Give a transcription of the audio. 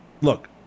look